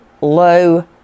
low